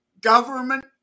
government